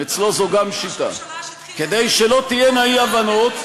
כדי שלא תהיינה אי-הבנות,